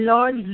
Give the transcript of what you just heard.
Lord